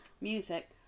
Music